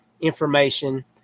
information